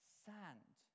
sand